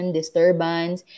disturbance